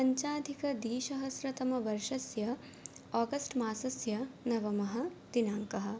पञ्चाधिकद्विसहस्रतमवर्षस्य आगस्ट्मासस्य नवमः दिनाङ्कः